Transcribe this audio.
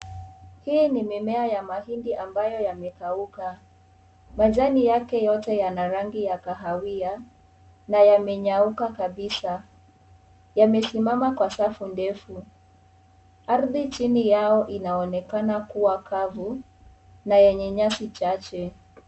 Hii ni mimea ya mahindi ambayo yamekauka. Majani yake yote yana rangi ya kahawia na yamenyauka kabisa. Yamesimama kwa savu ndefu. Ardhi chini Yao inaonekana kuwa kavu na yenye nyasi chache.